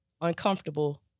uncomfortable